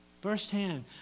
firsthand